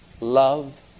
Love